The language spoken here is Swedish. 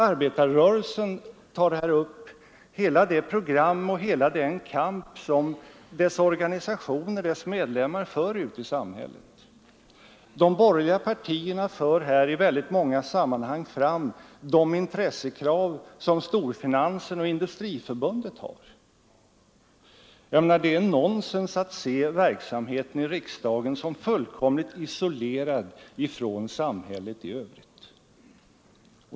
Arbetarrörelsen tar här upp hela det program och hela den kamp som dess organisationer, dess medlemmar, för ute i samhället. De borgerliga partierna för i riksdagen i många sammanhang fram de intressekrav som storfinansen och Industriförbundet har. Jag menar: Det är felaktigt att se verksamheten i riksdagen som fullkomligt isolerad från samhället i övrigt.